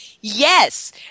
yes